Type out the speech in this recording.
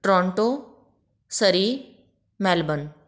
Toronto Surrey Melbourne